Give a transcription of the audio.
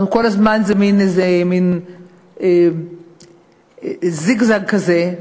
כל הזמן זה מין זיגזג כזה,